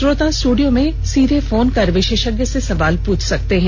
श्रोता स्टूडियो में सीधे फोन कर विशेषज्ञ से सवाल पूछ सकते हैं